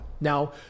Now